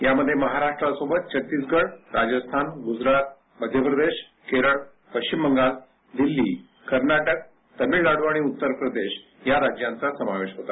यामध्ये महाराष्ट्रासोबत छत्तीसगढ राजस्थान गुजरात मध्य प्रदेश केरळ पश्चिम बंगाल दिल्ली कर्नाटक तमिळनाडु आणि उत्तर प्रदेश या राज्यांचा समावेश होता